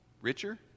richer